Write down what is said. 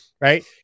right